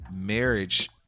marriage